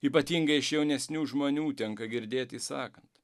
ypatingai iš jaunesnių žmonių tenka girdėti sakant